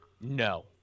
No